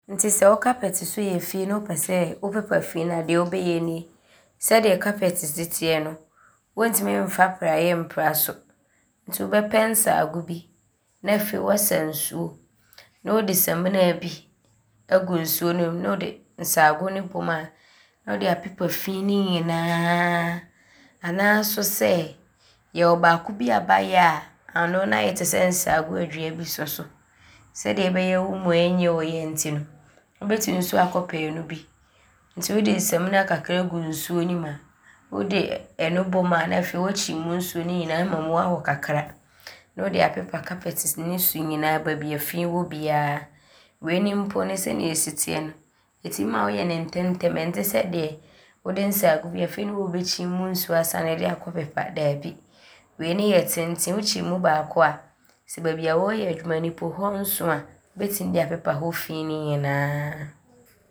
Nti sɛ wo kapɛte so yɛ fii ne wopɛ sɛ wopepa fii no a, deɛ wobɛyɛ ni. Sɛdeɛ kapɛte si teɛ no, wɔntim mfa praeɛ mpra so nti wobɛpɛ nsaago bi ne afei woasa nsuo ne wode saminaa bi agu nsuo ne mu ne wode nsaago ne bɔ mu a, ne wode apepa fii ne nyinaa anaa so sɛ, yɛwɔ baako bi a bɛayɛ a ano no ayɛ te sɛ nsaago a dua bi wɔ so sɛdeɛ ɔbɛyɛ a wo mu ɔnyɛ wo ya nti no wobɛtim so aakɔpɛ ɔno bi nti wode saminaa kakra gu nsuo ne mu a, wode ɔno bɔ mu a, na afei woakyim mu nsuo ne nyinaa ama mu aho kakra ne wode apepa kapɛte ne so nyinaa baabi a fii wɔ biaa. Wei ne mpo sɛdeɛ ɔsi teɛ no, ɔtim ma woyɛ ne ntɛmntɛm ɔnte sɛ deɛ wode nsaago bi afei ne wɔɔbɛkyim mu nsuo ansa ne wode akɔpepa daabi. Wei ne yɛ tenten wokyim mu baako a, sɛ baabi a wɔɔyɛ adwuma ne mpo hɔ nso a wobɛtim de apepa hɔ fii ne nyinaa.